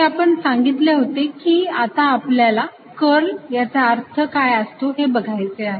हे आपण सांगितले होते आणि आता आपल्याला कर्ल याचा अर्थ काय असतो ते बघायचे आहे